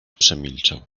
przemilczał